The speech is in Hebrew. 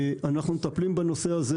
אנחנו מטפלים בנושא הזה,